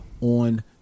on